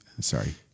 sorry